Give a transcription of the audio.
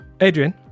Adrian